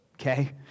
okay